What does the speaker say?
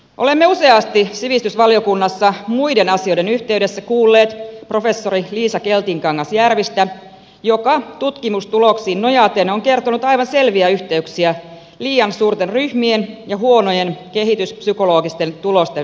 olemme useasti sivistysvaliokunnassa muiden asioiden yhteydessä kuulleet professori liisa keltikangas järvistä joka tutkimustuloksiin nojaten on kertonut aivan selviä yhteyksiä liian suurten ryhmien ja huonojen kehityspsykologisten tulosten välillä